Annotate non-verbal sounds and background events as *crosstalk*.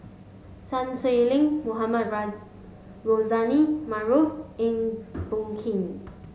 Sun Xueling Mohamed *unintelligible* Rozani Maarof Eng Boh Kee